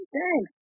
Thanks